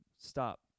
stop